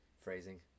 Phrasing